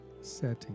setting